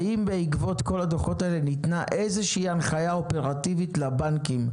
האם בעקבות כל הדוחות האלה ניתנה איזה שהיא הנחיה אופרטיבית לבנקים,